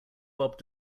bob